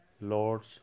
Lord's